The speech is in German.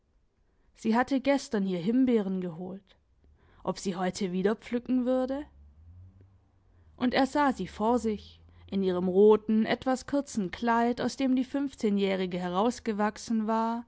sie hatte gestern hier himbeeren geholt ob sie heute wieder pflücken würde und er sah sie vor sich in ihrem roten etwas kurzen kleid aus dem die fünfzehnjährige herausgewachsen war